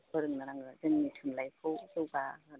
फोरोंनो नांगोन जोंनि थुनलाइखौ जौगा